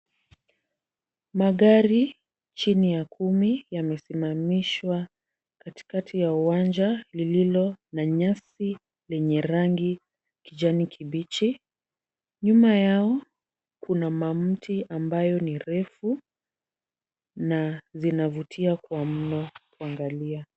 Magari chini ya kumi yamesimamishwa katikati ya uwanja lililo na nyasi lenye rangi kijani kibichi. Nyuma yao kuna mamti ambayo ni refu na zinavutia kwa mno kuangalia.